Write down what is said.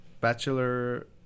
Bachelor